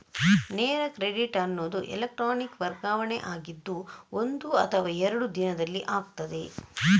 ನೇರ ಕ್ರೆಡಿಟ್ ಅನ್ನುದು ಎಲೆಕ್ಟ್ರಾನಿಕ್ ವರ್ಗಾವಣೆ ಆಗಿದ್ದು ಒಂದು ಅಥವಾ ಎರಡು ದಿನದಲ್ಲಿ ಆಗ್ತದೆ